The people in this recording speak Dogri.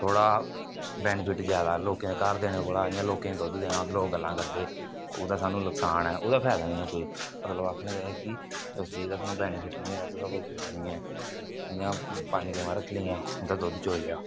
थोह्ड़ा बैनीफिट ज्यादा ऐ लोकें दे घर देने कोला इ'यां लोकें गी दुद्ध देना लोक गल्लां करदे ओह् ते सानूं नकसान ऐ ओह्दा फायदा नेईं कोई मतलब आखने दा एह् ऐ कि उस चीज दा सानूं बेनीफिट नेईं ऐ अज्ज दा ते ओह्दा कोई फायदा नेईं ऐ इ'यां पंज गवां रक्खी लेइयां उंदा दुद्ध चोई लेआ